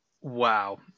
Wow